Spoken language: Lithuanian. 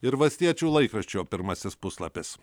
ir valstiečių laikraščio pirmasis puslapis